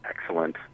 Excellent